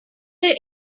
their